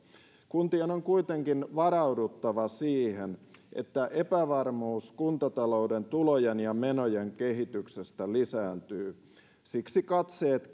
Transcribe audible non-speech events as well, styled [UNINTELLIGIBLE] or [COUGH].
kuntien on kuitenkin varauduttava siihen että epävarmuus kuntatalouden tulojen ja menojen kehityksestä lisääntyy siksi katseet [UNINTELLIGIBLE]